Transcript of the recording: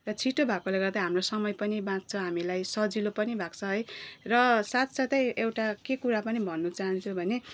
र छिटो भएकोले गर्दा हाम्रो समय पनि बाँच्छ हामीलाई सजिलो पनि भएको छ है र साथ साथै एउटा के कुरा पनि भन्नु चाहन्छु भने